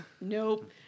nope